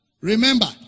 Remember